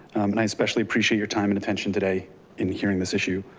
and i especially appreciate your time and attention today in hearing this issue,